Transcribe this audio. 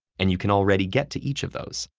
and you can already get to each of those.